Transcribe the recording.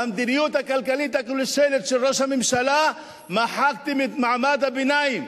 במדיניות הכלכלית הכושלת של ראש הממשלה מחקתם את מעמד הביניים.